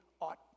ought